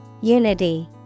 Unity